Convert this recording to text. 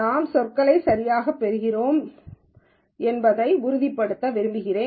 நாம் சொற்களை சரியாகப் பெறுகிறோம் என்பதை உறுதிப்படுத்த விரும்புகிறேன்